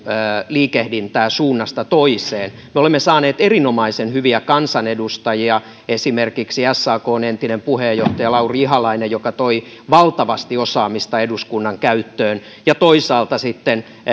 liikehdintää suunnasta toiseen me olemme saaneet erinomaisen hyviä kansanedustajia esimerkiksi sakn entinen puheenjohtaja lauri ihalainen joka toi valtavasti osaamista eduskunnan käyttöön ja toisaalta on ollut liikettä